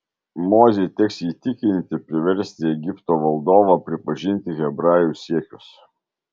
mozei teks jį įtikinti priversti egipto valdovą pripažinti hebrajų siekius